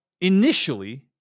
initially